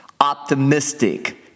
Optimistic